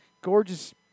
gorgeous